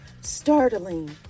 Startling